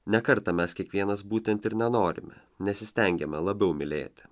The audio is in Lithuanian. ne kartą mes kiekvienas būtent ir nenorime nesistengiame labiau mylėti